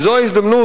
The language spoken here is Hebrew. וזו ההזדמנות,